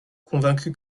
convaincu